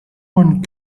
one